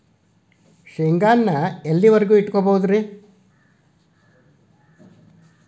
ಶೇಂಗಾವನ್ನು ಎಲ್ಲಿಯವರೆಗೂ ಇಟ್ಟು ಕೊಳ್ಳಬಹುದು ರೇ?